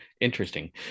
interesting